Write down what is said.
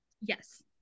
Yes